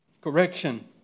correction